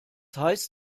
heißt